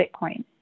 Bitcoin